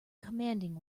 commanding